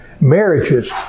Marriages